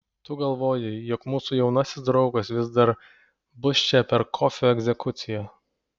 tu galvoji jog mūsų jaunasis draugas vis dar bus čia per kofio egzekuciją